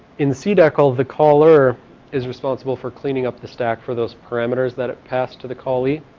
in cdecl the caller is responsible for cleaning up the stack for those parameters that it passed to the callee